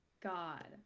god